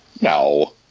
No